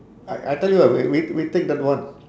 I I tell you what we we take that one